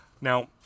Now